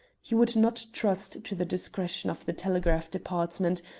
he would not trust to the discretion of the telegraph department,